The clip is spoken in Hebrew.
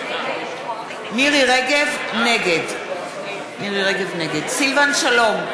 נגד סילבן שלום,